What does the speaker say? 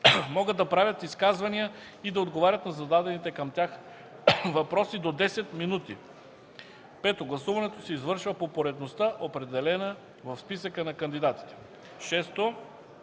могат да правят изказвания и да отговарят на зададени към тях въпроси до 10 минути. 5. Гласуването се извършва по поредността, определена в списъка на кандидатите. 6.